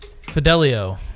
Fidelio